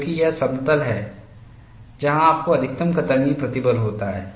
क्योंकि यहां समतल है जहां आपको अधिकतम कतरनी प्रतिबल होता है